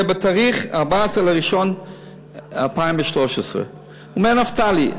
"נפתלי" זה בתאריך 14 בינואר 2013. הוא אומר: "נפתלי,